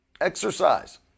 Exercise